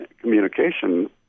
communication